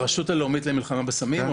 המדען הראשי של הרשות הלאומית למלחמה בסמים,